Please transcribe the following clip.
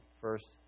First